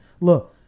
Look